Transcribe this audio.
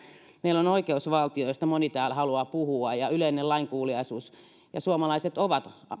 meillä on oikeusvaltio josta moni täällä haluaa puhua ja yleinen lainkuuliaisuus ja suomalaiset ovat